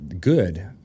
good